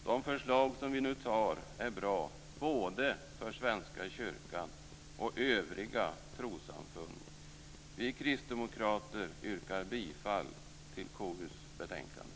De förslag som vi nu antar är bra, både för Svenska kyrkan och övriga trossamfund. Vi kristdemokrater yrkar bifall till hemställan i KU:s betänkande.